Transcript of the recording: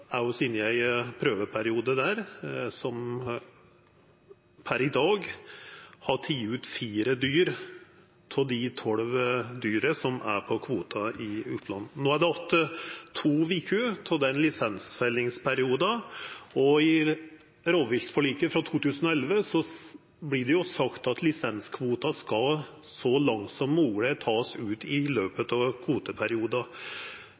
ut fire av dei tolv dyra som er på kvoten i Oppland. No er det att to veker av den lisensfellingsperioden, og i rovviltforliket frå 2011 vert det sagt at lisenskvoten skal, så langt som mogleg, takast ut i